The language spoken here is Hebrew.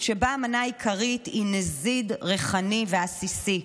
שבה המנה העיקרית היא נזיד ריחני ועסיסי.